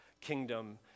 kingdom